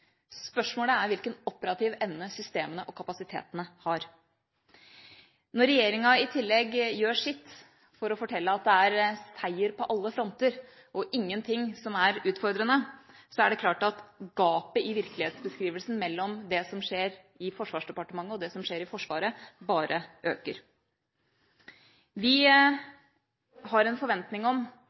Spørsmålet er hvilken operativ evne systemene og kapasitetene har. Når regjeringa i tillegg gjør sitt for å fortelle at det er seier på alle fronter, og ingen ting som er utfordrende, er det klart at gapet i virkelighetsbeskrivelsen mellom det som skjer i Forsvarsdepartementet, og det som skjer i Forsvaret, bare øker. Vi har en forventning om